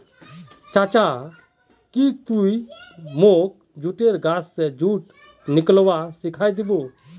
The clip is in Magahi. चाचा की ती मोक जुटेर गाछ स जुट निकलव्वा सिखइ दी बो